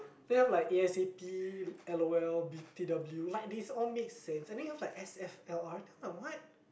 then I'm like A_S_A_P L_O_L B_T_W like these all make sense and then there's like S_F_L_R then I'm like what